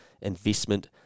investment